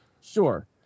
Sure